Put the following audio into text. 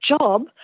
job